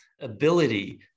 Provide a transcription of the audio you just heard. ability